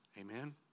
Amen